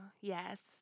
Yes